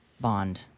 bond